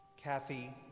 Kathy